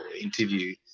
interview